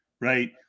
right